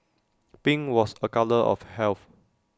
pink was A colour of health